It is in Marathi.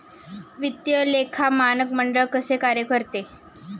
वित्तीय लेखा मानक मंडळ कसे कार्य करते?